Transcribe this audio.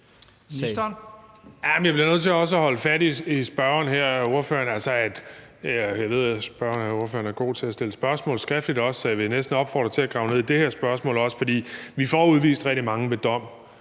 Jeg bliver nødt til at holde fast i spørgeren her. Altså, jeg ved jo, at spørgeren er god til at stille spørgsmål skriftligt, så jeg vil næsten opfordre til også at grave ned i det her spørgsmål. For vi får udvist rigtig mange ved dom.